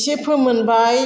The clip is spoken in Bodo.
इसे फोमोनबाय